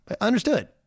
understood